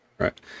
Right